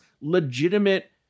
legitimate